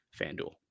FanDuel